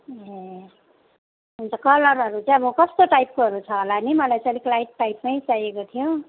ए हुन्छ कलरहरू चाहिँ अब कस्तो टाइपकोहरू छ होला नि मलाई चाहिँ अलिक लाइट टाइपमै चाहिएको थियो